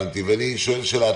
אני שואל שאלה.